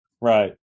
Right